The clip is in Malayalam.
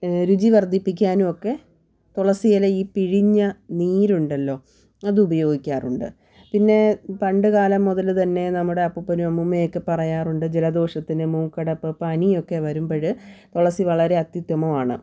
രുചി വർധിപ്പിക്കാനുവൊക്കെ തുളസിയില ഈ പിഴിഞ്ഞ നീരുണ്ടല്ലോ അതുപയോഗിക്കാറുണ്ട് പിന്നെ പണ്ട് കാലം മുതൽ തന്നെ നമ്മുടെ അപ്പൂപ്പനും അമ്മുമ്മയൊക്കെ പാറയാറുണ്ട് ജലദോഷത്തിനും മൂക്കടപ്പ് പനിയൊക്കെ വരുമ്പോൾ തുളസി വളരെ അത്യുത്തമമാണ്